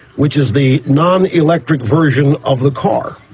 which is the non-electric version of the car.